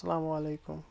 اسلام علیکم